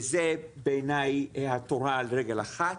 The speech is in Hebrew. וזה בעיני התורה על רגל אחת.